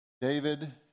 David